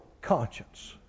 conscience